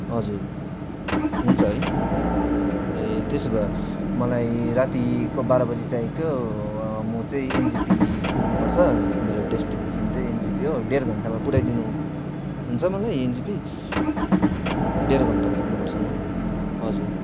दिनुहुन्छ हजुर हुन्छ है ए त्यसो भए मलाई रातिको बाह्र बजी चाहिएको थियो म चाहिँ एनजेपी पुग्नु पर्छ मेरो डेस्टिनेसन चाहिँ एनजेपी हो डेढ घन्टामा पुऱ्याइ दिनुहुन्छ मलाई एनजेपी डेढ घन्टामा पुग्नु पर्छ म हजुर